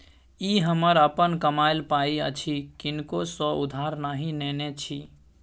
ई हमर अपन कमायल पाय अछि किनको सँ उधार नहि नेने छी